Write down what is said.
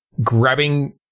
grabbing-